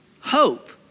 hope